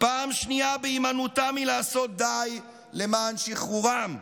פעם שנייה, בהימנעותה מלעשות די למען שחרורם,